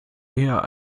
eher